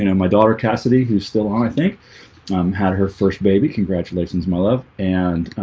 you know my daughter cassidy who's still on i think i'm had her first baby. congratulations my love and